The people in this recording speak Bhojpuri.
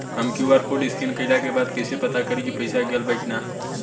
हम क्यू.आर कोड स्कैन कइला के बाद कइसे पता करि की पईसा गेल बा की न?